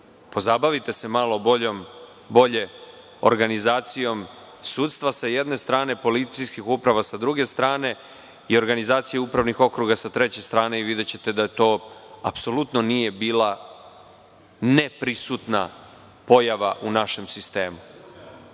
Pozabavite se malo bolje organizacijom sudstva, sa jedne strane policijskih uprava, sa druge strane organizacijom upravnih okruga i videćete da tu apsolutno nije bila neprisutna pojava u našem